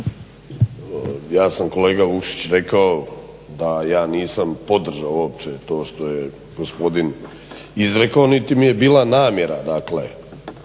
Ja sam kolega Vukšić rekao da ja nisam podržao uopće to što je gospodin izrekao, niti mi je bila namjera